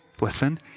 listen